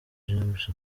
james